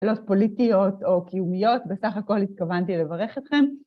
קלות פוליטיות או קיומיות. בסך הכל התכוונתי לברך אתכם.